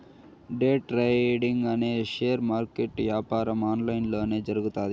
day trading అనే share market యాపారం online లొనే జరుగుతాది